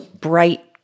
bright